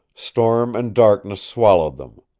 storm and darkness swallowed them.